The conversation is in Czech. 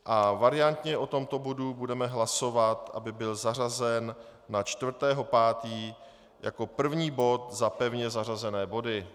A variantně o tomto bodu budeme hlasovat, aby byl zařazen na 4. 5. jako první bod za pevně zařazené body.